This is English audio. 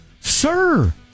Sir